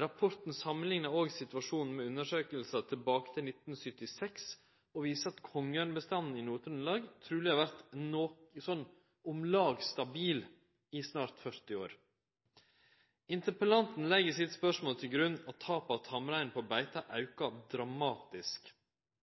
Rapporten samanliknar òg situasjonen med undersøkingar tilbake til 1976 og viser at kongeørnbestanden i Nord-Trøndelag truleg har vore om lag stabil i snart 40 år. Interpellanten legg i sitt spørsmål til grunn at tapet av tamrein på beite har auka dramatisk.